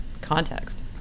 context